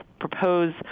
propose